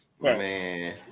Man